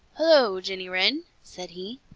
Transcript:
hello, jenny wren! said he.